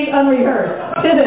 unrehearsed